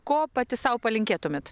ko pati sau palinkėtumėt